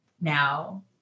now